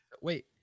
wait